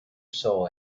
soul